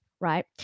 right